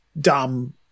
dumb